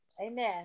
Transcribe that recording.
Amen